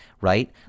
right